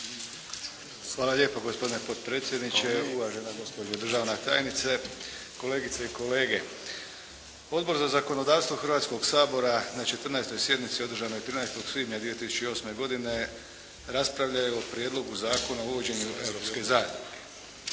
Hvala lijepo. Gospodine potpredsjedniče, uvažena gospođo državna tajnice, kolegice i kolege. Odbor za zakonodavstvo Hrvatskoga sabora na 14. sjednici održanoj 13. svibnja 2008. godine, raspravljao je o Prijedlogu zakona o uvođenju europske zadruge.